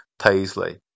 Paisley